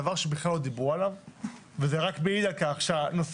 דבר שבכלל לא דיברו עליו וזה רק מעיד על כך שהנושא